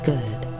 Good